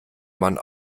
man